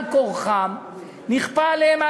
על כורחן,